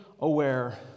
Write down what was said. aware